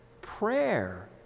prayer